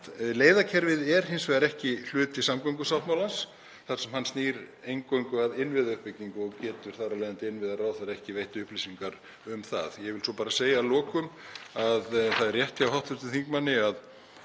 Leiðakerfið er hins vegar ekki hluti samgöngusáttmálans þar sem hann snýr eingöngu að innviðauppbyggingu og getur þar af leiðandi innviðaráðherra ekki veitt upplýsingar um það. Ég vil svo bara segja að lokum að það er rétt hjá hv. þingmanni að